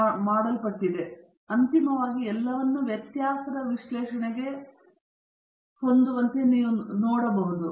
ಆದ್ದರಿಂದ ಅಂತಿಮವಾಗಿ ಎಲ್ಲವನ್ನೂ ವ್ಯತ್ಯಾಸದ ವಿಶ್ಲೇಷಣೆಗೆ ಕುದಿಸುವಂತೆ ನೀವು ನೋಡಬಹುದು